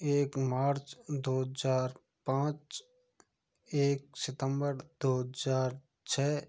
एक मार्च दो हज़ार पाँच एक सितंबर दो हज़ार छः